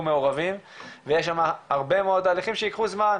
מעורבים ויש שם הרבה מאוד תהליכים שייקחו זמן.